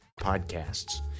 Podcasts